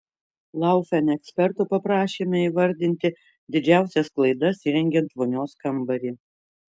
laufen eksperto paprašėme įvardinti didžiausias klaidas įrengiant vonios kambarį